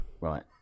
right